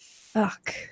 fuck